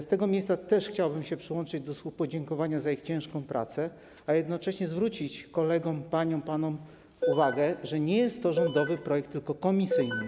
Z tego miejsca też chciałbym się przyłączyć do słów podziękowania za ich ciężką pracę, a jednocześnie zwrócić paniom koleżankom i panom kolegom uwagę, że nie jest to rządowy projekt, tylko komisyjny.